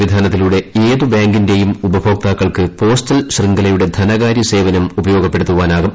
സംവിധാനത്തിലൂടെ ഏത് ബാങ്കിന്റെയും ഉപഭേക്താക്കൾക്ക് പോസ്റ്റൽ ശൃംഖലയുടെ ധനകാര്യ സേവനം ഉപയോഗപ്പെടുത്താനാകും